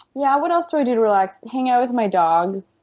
yeah, what else do i do to relax? hang out with my dogs.